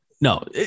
no